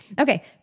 Okay